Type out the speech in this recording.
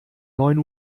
neun